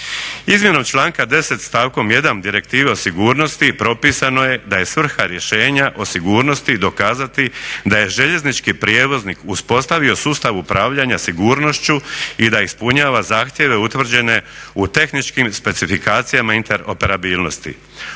Izmjenom članka 10. stavkom 1. Direktive o sigurnosti propisano je da je svrha rješenja o sigurnosti dokazati da je željeznički prijevoznik uspostavio sustav upravljanja sigurnošću i da ispunjava zahtjeve utvrđene u tehničkim specifikacijama interoperabilnosti,